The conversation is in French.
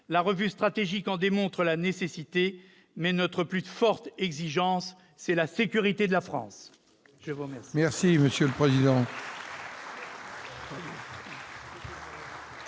La revue stratégique en démontre la nécessité, mais notre plus forte exigence reste la sécurité de la France